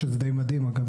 שזה די מדהים אגב,